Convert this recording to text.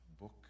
book